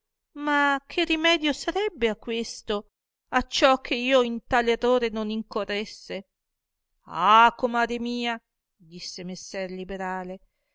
ma che rimedio sarebbe a questo acciò che io in tal errore non incorresse ah comare mia disse messer liberale